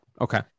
Okay